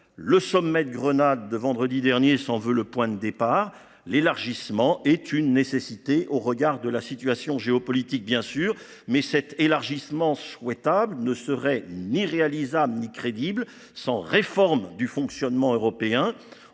Le sommet de Grenade de vendredi dernier s’en veut le point de départ. L’élargissement est une nécessité au regard de la situation géopolitique, bien sûr, mais aussi souhaitable qu’il puisse être, il n’est ni réalisable ni crédible sans une réforme du fonctionnement européen.